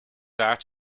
asked